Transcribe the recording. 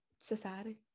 society